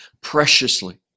preciously